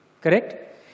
correct